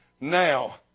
now